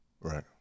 Right